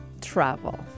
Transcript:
travel